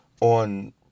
on